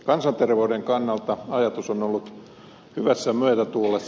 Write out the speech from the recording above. kansanterveyden kannalta ajatus on ollut hyvässä myötätuulessa